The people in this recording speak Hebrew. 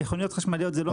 מכוניות חשמליות זה לא